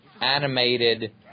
animated